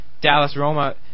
Dallas-Roma